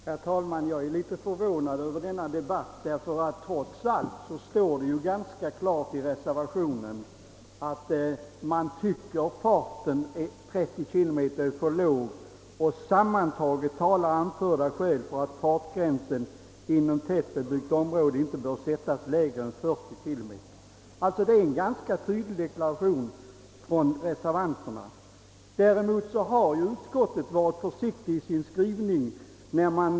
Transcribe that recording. Herr talman! Jag är litet förvånad över denna debatt, ty trots allt står det ju ganska klart angivet i reservationen att reservanterna finner hastigheten 30 km tim.» Det tycker jag är en klar deklaration från reservanterna om deras ståndpunkt. Däremot har utskottsmajoriteten varit försiktig i sin skrivning.